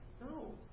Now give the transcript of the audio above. No